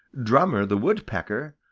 drummer the woodpecker,